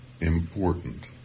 important